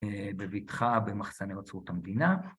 ‫בבטחה במחסני אוצרות המדינה.